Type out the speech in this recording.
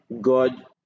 God